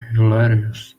hilarious